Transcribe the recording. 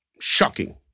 shocking